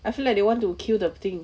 I feel like they want to kill the thing